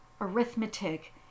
Arithmetic